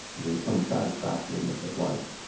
the unsatisfactoriness of life.